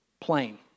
Plain